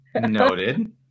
noted